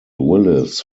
willis